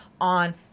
on